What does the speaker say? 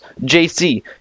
JC